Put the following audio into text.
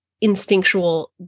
instinctual